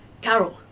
Carol